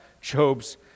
Job's